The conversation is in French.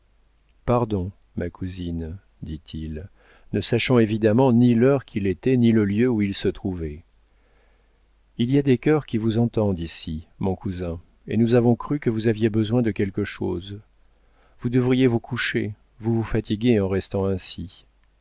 pardon ma cousine dit-il ne sachant évidemment ni l'heure qu'il était ni le lieu où il se trouvait il y a des cœurs qui vous entendent ici mon cousin et nous avons cru que vous aviez besoin de quelque chose vous devriez vous coucher vous vous fatiguez en restant ainsi